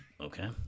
Okay